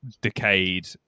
decayed